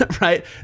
right